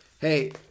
hey